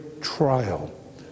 trial